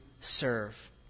serve